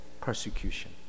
persecution